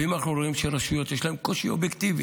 ואם אנחנו רואים שלרשויות יש קושי אובייקטיבי